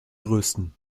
größten